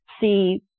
see